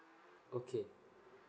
okay